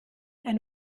ein